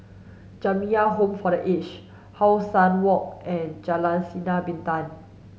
Jamiyah Home for the Aged How Sun Walk and Jalan Sinar Bintang